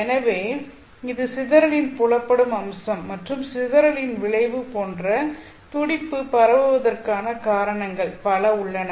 எனவே இது சிதறலின் புலப்படும் அம்சம் மற்றும் சிதறலின் விளைவு போன்ற துடிப்பு பரவுவதற்கான காரணங்கள் பல உள்ளன